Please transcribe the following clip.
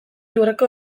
lurreko